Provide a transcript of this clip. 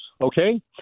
okay